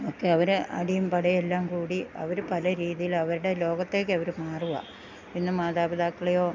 ഒക്കെ അവർ അടിയും പടയെല്ലാം കൂടി അവർ പല രീതിയിൽ അവരുടെ ലോകത്തേക്ക് അവർ മാറുവാണ് പിന്നെ മാതാപിതാക്കളെയോ